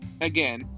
again